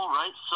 right